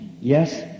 Yes